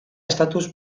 estatus